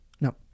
No